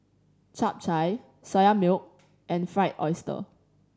Chap Chai Soya Milk and Fried Oyster